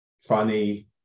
funny